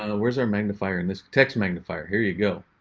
um where's our magnifier in this? text magnifier! here you go.